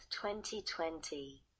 2020